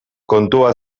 kontua